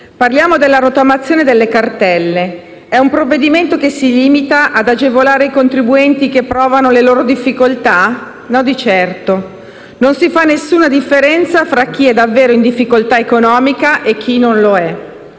Parliamo della rottamazione delle cartelle. È un provvedimento che si limita ad agevolare i contribuenti che provano le loro difficoltà? No di certo. Non si fa nessuna differenza tra chi è davvero in difficoltà economica e chi non lo è.